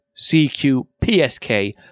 CQPSK